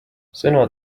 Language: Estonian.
sõna